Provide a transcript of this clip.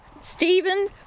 Stephen